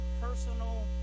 personal